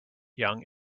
young